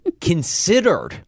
considered